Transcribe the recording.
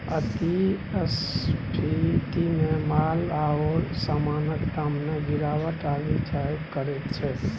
अति स्फीतीमे माल आओर समानक दाममे गिरावट आबि जाएल करैत छै